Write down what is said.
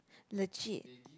legit